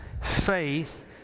faith